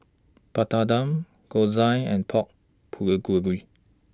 Papadum Gyoza and Pork Bulgogi